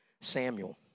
Samuel